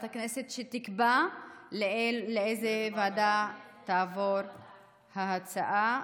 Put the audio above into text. הכנסת כדי שתקבע לאיזו ועדה תעבור ההצעה,